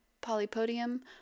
polypodium